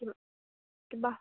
কিবা